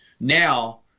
now